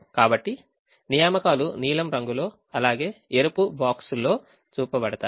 కాబట్టి నియామకాలు నీలం రంగులో అలాగే ఎరుపు box లో చూపబడతాయి